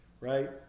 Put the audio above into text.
right